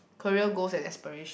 career goals and aspiration